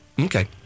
Okay